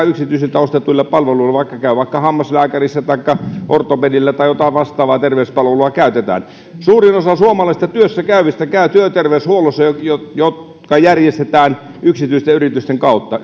yksityisiltä ostetuilla palveluilla käy vaikka hammaslääkärissä taikka ortopedillä tai jotain vastaavaa terveyspalvelua käytetään suurin osa suomalaisista työssä käyvistä käy työterveyshuollossa joka järjestetään yksityisten yritysten kautta